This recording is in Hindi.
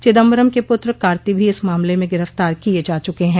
चिदंबरम के पुत्र कार्ति भी इस मामले में गिरफ्तार किये जा चुके हैं